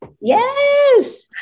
Yes